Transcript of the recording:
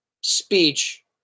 speech